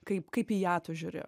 kaip kaip į ją tu žiūri